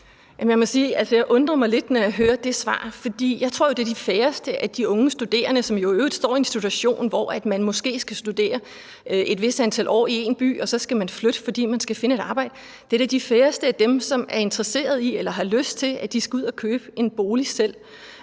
at jeg undrer mig lidt, når jeg hører det svar. For jeg tror jo, at det er de færreste af de unge studerende – som jo i øvrigt står i en situation, hvor de måske skal studere et vist antal år i én by, og så skal de flytte, fordi de skal finde et arbejde – der er interesseret i eller har lyst til at købe en bolig selv.